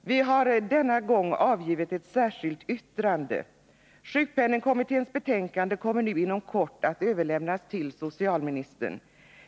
Vi har denna gång avgivit ett särskilt yttrande. Sjukpenningkommitténs betänkande kommer nu inom kort att överlämnas till socialministern.